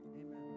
Amen